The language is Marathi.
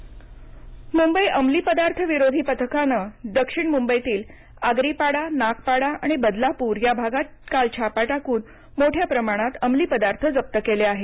नार्कोटिक्स मुंबई अंमलीपदार्थ विरोधी पथकानं दक्षिण मुंबईतील आगरीपाडा नागपाडा आणि बदलापूर भागात काल छापा टाकून मोठ्या प्रमाणात अंमली पदार्थ जप्त केले आहेत